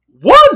one